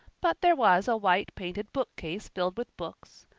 but there was a white-painted bookcase filled with books,